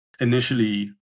initially